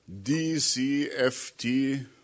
DCFT